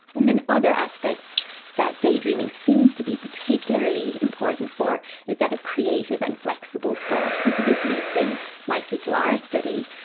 and then other aspects that daydreaming seems to be particularly important for is that of creative and flexible thought. and so this leads in nicely to our study,